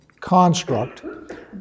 construct